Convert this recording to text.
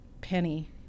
Penny